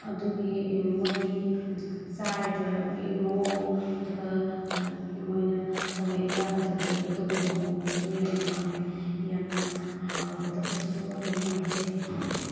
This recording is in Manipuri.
ꯑꯗꯨꯒꯤ ꯃꯣꯏꯒꯤ ꯆꯥꯔꯤꯕꯒꯤ ꯃꯑꯣꯡ ꯑꯗꯨꯒ ꯃꯣꯏꯅ ꯊꯣꯡꯉꯛꯏꯕ ꯑꯗꯒꯤ ꯑꯗꯨꯒꯨꯝꯕ ꯃꯑꯣꯡꯗꯨꯁꯨ ꯌꯥꯝꯅ ꯄꯥꯝꯃꯦ ꯌꯥꯝꯅ ꯍꯥꯎꯒꯗꯕꯁꯨ ꯑꯗꯨꯝ ꯃꯥꯜꯂꯦ